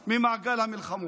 ממעגל המלחמות.